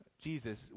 Jesus